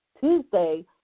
Tuesday